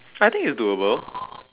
I think it's doable